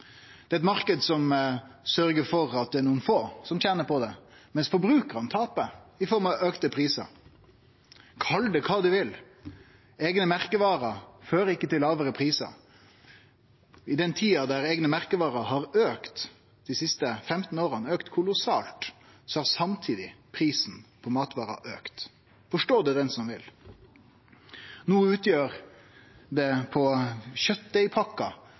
ein marknad som sørgjer for at det er nokre få som tener på det, mens forbrukarane taper i form av auka prisar. Kall det kva du vil, men eigne merkevarer fører ikkje til lågare prisar. I løpet av den tida eigne merkevarer har auka, dei siste 15 åra – det har auka kolossalt – har samtidig prisen på matvarer auka. Forstå det, den som vil. Når det